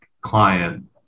client